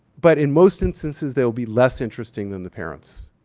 but in most instances, they'll be less interesting than the parents.